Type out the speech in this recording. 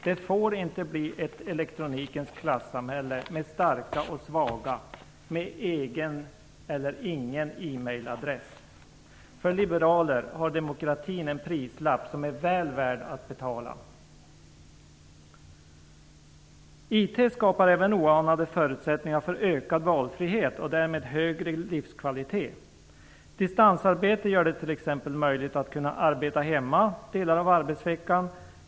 Det får inte bli ett elektronikens klassamhälle med starka och svaga, med egen eller ingen e-mail-adress. För liberaler har demokratin en prislapp som är väl värd att betala. IT skapar även oanade förutsättningar för ökad valfrihet och därmed högre livskvalitet. Distansarbete gör det t.ex. möjligt att arbeta hemma delar av arbetsveckan.